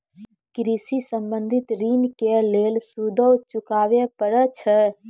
कृषि संबंधी ॠण के लेल सूदो चुकावे पड़त छै?